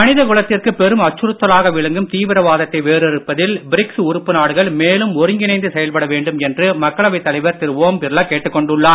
மனித குலத்திற்கு பெரும் அச்சுறுத்தலாக விளங்கும் தீவிரவாதத்தை வேரறுப்பதில் பிரிக்ஸ் உறுப்பு நாடுகள் மேலும் ஒருங்கிணைந்து செயல்பட வேண்டும் என்று மக்களவைத் தலைவர் திரு ஓம் பிர்லா கேட்டுக்கொண்டுள்ளார்